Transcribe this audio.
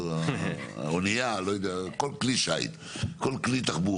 האונייה או כל כלי תחבורה.